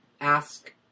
ask